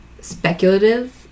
speculative